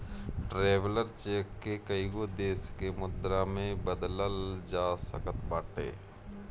traveller cheque के कईगो देस के मुद्रा में बदलल जा सकत बाटे